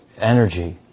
energy